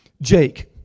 Jake